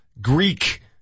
Greek